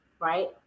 right